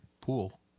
Pool